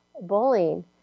bullying